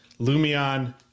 Lumion